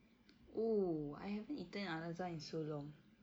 oo I haven't eaten al azhar in so long